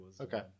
okay